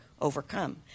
overcome